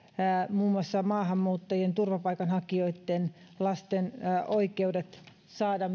muun muassa myös maahanmuuttajien turvapaikanhakijoitten lasten oikeudet saada